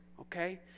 okay